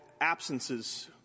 absences